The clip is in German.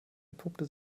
entpuppte